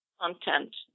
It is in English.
content